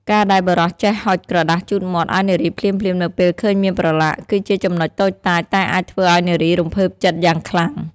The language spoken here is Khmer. ការដែលបុរសចេះហុចក្រដាសជូតមាត់ឱ្យនារីភ្លាមៗនៅពេលឃើញមានប្រឡាក់ គឺជាចំណុចតូចតាចតែអាចធ្វើឱ្យនារីរំភើបចិត្តយ៉ាងខ្លាំង។